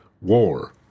war